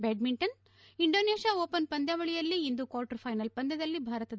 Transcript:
badminton Indonesia open ಪಂದ್ಕಾವಳಿಯಲ್ಲಿ ಇಂದು quarter final ಪಂದ್ದದಲ್ಲಿ ಭಾರತದ